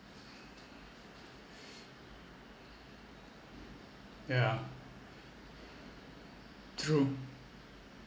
yeah true